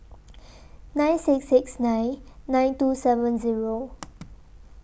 nine six six nine nine two seven Zero